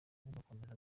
bugakomeza